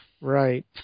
Right